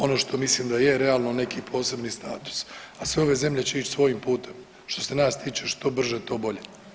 Ono što mislim da je realno neki posebni status, a sve ove zemlje će ić svojim putem, što se nas tiče što brže to bolje.